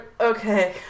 okay